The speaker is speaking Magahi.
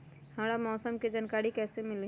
हमरा मौसम के जानकारी कैसी मिली?